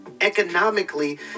economically